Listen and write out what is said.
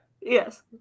Yes